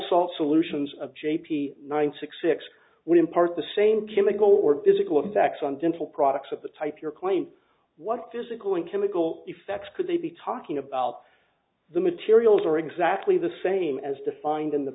solutions of j p ninety six six when in part the same chemical or physical effects on dental products of the type you're claim what physical and chemical effects could they be talking about the materials are exactly the same as defined in the